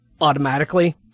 automatically